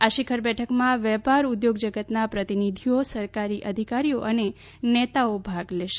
આ શિખર બેઠકમાં વેપાર ઉદ્યોગ જગતના પ્રતિનિધિઓ સરકારી અધિકારીઓ અને નેતાઓ ભાગ લેશે